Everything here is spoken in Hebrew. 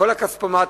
כל הכספומטים,